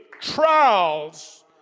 trials